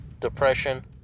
depression